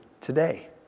today